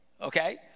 okay